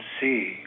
see